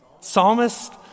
Psalmist